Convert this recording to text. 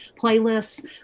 playlists